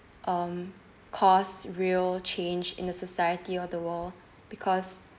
um cause real change in the society or the world because